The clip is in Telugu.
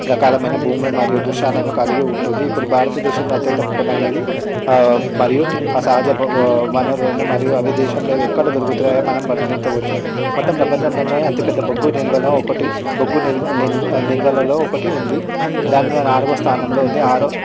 రకాలమైన భూములు మరియు దృశ్యాలను కలిగి ఉంటుంది ఇప్పుడు భారతదేశంలో అత్యంత ముఖ్యమైనది మరియు అసహజ వనరులను మరియు అవి దేశంలో ఎక్కడ దొరుకుతున్నాయి మనం వర్ణించవచ్చు మొత్తం ప్రపంచంలోనే అతిపెద్ద ఒకటి బొగ్గు నిలువలలో ఒకటి బొగ్గు నిలువలలో ఒకటి ఉంది దాన్ని నాలుగో స్థానంలో ఉంది